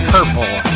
Purple